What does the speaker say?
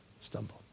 stumble